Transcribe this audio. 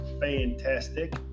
fantastic